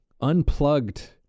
unplugged